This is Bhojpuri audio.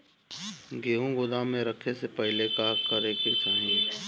गेहु गोदाम मे रखे से पहिले का का करे के चाही?